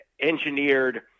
engineered